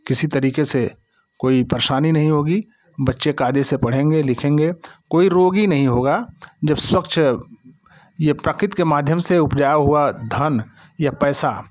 किसी तरीके से कोई परेशानी नहीं होगी बच्चे कायदे से पढ़ेंगे लिखेंगे कोई रोगी नहीं होगा जब स्वच्छ ये प्राकृति के माध्यम से उपजाया हुआ धन या पैसा